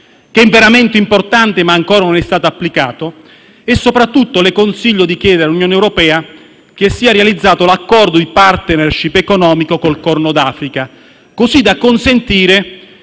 che è veramente necessario ma ancora non è stato applicato. Soprattutto le consiglio di chiedere all'Unione europea che sia realizzato l'accordo di *partnership* economica con i Paesi del Corno d'Africa, così da consentire